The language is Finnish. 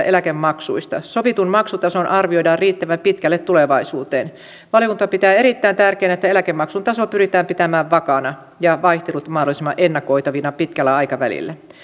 eläkemaksuista sovitun maksutason arvioidaan riittävän pitkälle tulevaisuuteen valiokunta pitää erittäin tärkeänä että eläkemaksun taso pyritään pitämään vakaana ja vaihtelut mahdollisimman ennakoitavina pitkällä aikavälillä